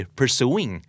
pursuing